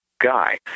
guy